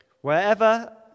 Wherever